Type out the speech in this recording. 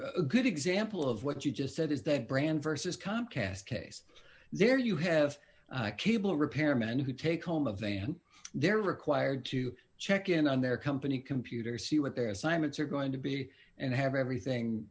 a good example of what you just said is the brand versus comcast case there you have a cable repairman who take home a van they're required to check in on their company computer see what their assignments are going to be and have everything